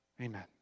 amen